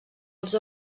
els